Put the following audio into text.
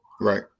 Right